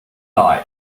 die